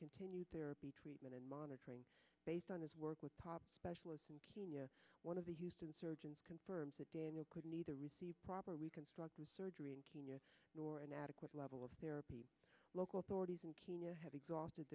continue therapy treatment and monitoring based on his work with pop specialist one of the houston surgeons confirms that daniel could neither receive proper reconstructive surgery in kenya or an adequate level of therapy local authorities in kenya have exhausted